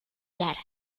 lara